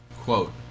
Quote